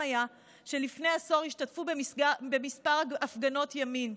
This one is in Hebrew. היה שלפני עשור השתתפו בכמה הפגנות ימין,